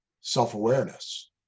self-awareness